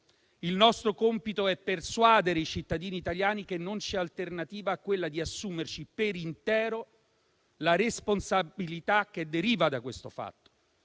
il nostro compito è persuadere i cittadini italiani che non c'è alternativa a quella di assumerci per intero la responsabilità che deriva da questo fatto.